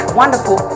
wonderful